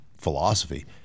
philosophy